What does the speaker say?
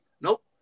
Nope